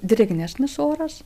drėgnesnis oras